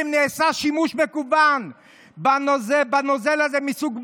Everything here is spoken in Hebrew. נעשה שימוש מכוון בנוזל הזה מסוג בואש,